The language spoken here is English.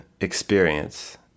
experience